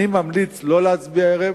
אני ממליץ לא להצביע הערב,